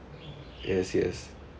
yes yes